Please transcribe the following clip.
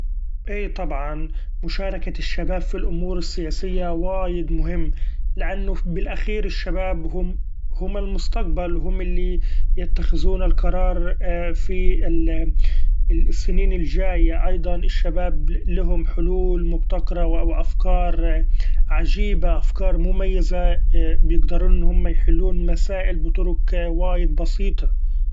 إي طبعا مشاركة الشباب ف الأمور السياسية وايد مهم لأنو بالأخير الشباب هم-هم المستقبل هم اللي يتخذون القرار في ال-السنين الجايه ، أيضا الشباب لهم حلول مبتكرة و أفكار عجيبة أفكار مميزة بيقدرون إن هما يحلون مسائل بطرق وايد بسيطة.